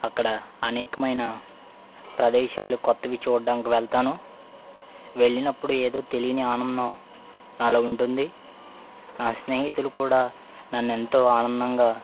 అక్కడ అనేకమైన ప్రదేశాలు కొత్తవి చూడడానికి వెళ్తాను వెళ్ళినప్పుడు ఏదో తెలియని ఆనందం నాలో ఉంటుంది నా స్నేహితుడు కూడా నన్ను ఎంతో ఆనందంగా